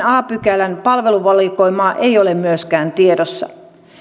a pykälän palveluvalikoimaa ei ole myöskään tiedossa